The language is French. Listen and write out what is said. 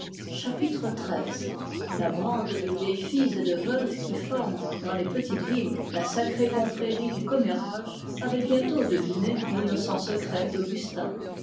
la bande de vieilles filles et de veuves qui forme dans les petites villes la sacrée confrérie du commérage avait bientôt deviné l'innocent secret